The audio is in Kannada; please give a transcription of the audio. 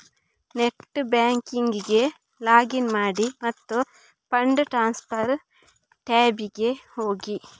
ನೆಟ್ ಬ್ಯಾಂಕಿಂಗಿಗೆ ಲಾಗಿನ್ ಮಾಡಿ ಮತ್ತು ಫಂಡ್ ಟ್ರಾನ್ಸ್ಫರ್ ಟ್ಯಾಬಿಗೆ ಹೋಗಿ